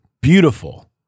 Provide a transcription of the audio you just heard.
beautiful